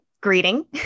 Greeting